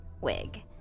wig